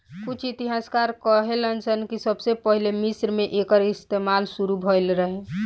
कुछ इतिहासकार कहेलेन कि सबसे पहिले मिस्र मे एकर इस्तमाल शुरू भईल रहे